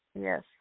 Yes